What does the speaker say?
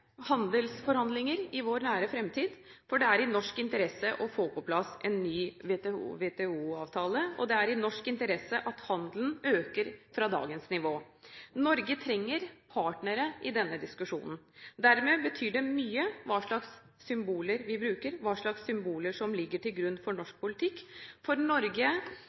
handelsforhandlinger i vår nære fremtid, for det er i norsk interesse å få på plass en ny WTO-avtale, og det er i norsk interesse at handelen øker fra dagens nivå. Norge trenger partnere i denne diskusjonen. Dermed betyr det mye hva slags symboler vi bruker, hva slags symboler som ligger til grunn for norsk politikk, for Norge